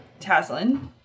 Taslin